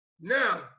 Now